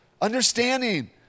Understanding